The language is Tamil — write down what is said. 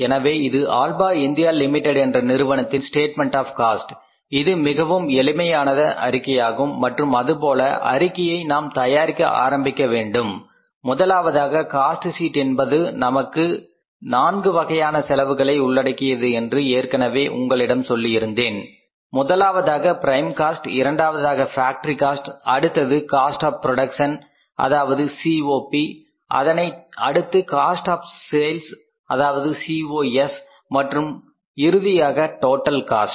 எனவே இது ஆல்பா இந்தியா லிமிடெட் என்ற நிறுவனத்தின் ஸ்டேட்மெண்ட் ஆப் காஸ்ட் இது மிகவும் எளிமையான அறிக்கையாகும் மற்றும் அதுபோல அறிக்கையை நாம் தயாரிக்க ஆரம்பிக்க வேண்டும் முதலாவதாக காஸ்ட் ஷீட் என்பது நான்கு வகையான செலவுகளை உள்ளடக்கியது என்று ஏற்கனவே உங்களிடம் சொல்லியிருந்தேன் சரிதானே முதலாவதாக பிரைம் காஸ்ட் இரண்டாவதாக ஃபேக்டரி காஸ்ட் அடுத்ததாக காஸ்ட் ஆப் புரோடக்சன் அதாவது சி ஓ பி அதனை அடுத்து காஸ்ட் ஆப் சேல்ஸ் அதாவது சி ஓ எஸ் மற்றும் இறுதியாக டோட்டல் காஸ்ட்